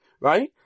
right